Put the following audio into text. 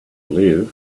live